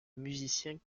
musiciens